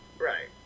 Right